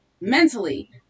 mentally